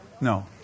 No